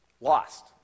lost